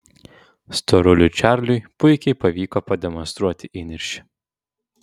storuliui čarliui puikiai pavyko pademonstruoti įniršį